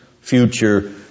future